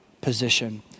position